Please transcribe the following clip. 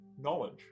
knowledge